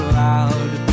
loud